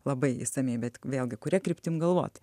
labai išsamiai bet vėlgi kuria kryptim galvot